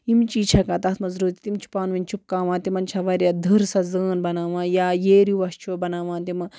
یِم چیٖز چھِ ہٮ۪کان تَتھ منٛز روٗزِتھ تِم چھِ پانہٕ ؤنۍ چِپکاوان تِمَن چھےٚ واریاہ دٔر سہ زٲنۍ بناوان یا ییرُوَس چھِ بناوان تِمہٕ